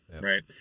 right